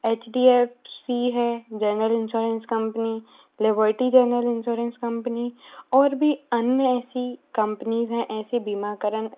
H D F C है general insurance company Liberty general insurance company और भी अन्य ऐसी कंपनीज़ हैं ऐसी बीमाकरण